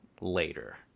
later